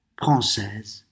française